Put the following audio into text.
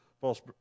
false